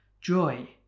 joy